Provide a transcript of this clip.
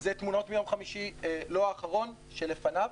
אלו תמונות מיום מחמישי, לא האחרון, שלפניו,